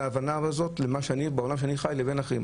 בין ההבנה שאני חי בה ובין אחרים.